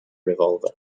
revolver